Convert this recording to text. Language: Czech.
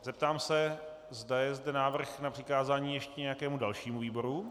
Zeptám se, zda je zde návrh na přikázání ještě nějakému dalšímu výboru.